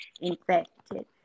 infected